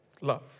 Love